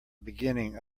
beginning